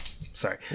sorry